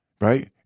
right